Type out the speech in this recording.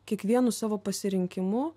kiekvienu savo pasirinkimu